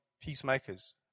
peacemakers